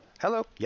hello